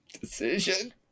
decision